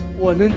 was